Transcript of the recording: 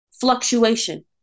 fluctuation